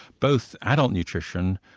both adult nutrition,